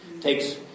takes